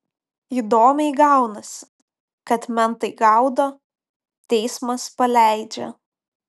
įdomiai gaunasi kad mentai gaudo teismas paleidžia